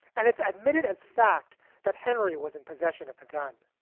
and it's admitted as fact that henry was in possession of the gun.